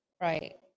Right